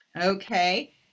okay